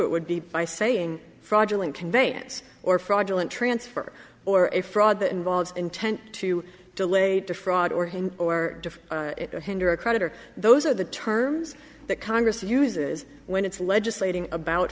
it would be by saying fraudulent conveyance or fraudulent transfer or a fraud that involves intent to delay defraud or him or to hinder a creditor those are the terms that congress uses when it's legislating about